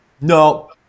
no